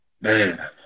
man